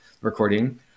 recording